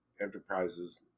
enterprises